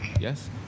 Yes